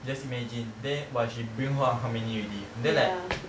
just imagine then !wah! she bring home how many already then like